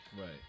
Right